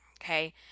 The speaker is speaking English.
Okay